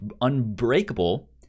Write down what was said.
Unbreakable